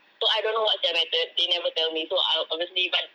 so I don't know what's their method they never tell me so I uh obviously but